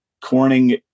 Corning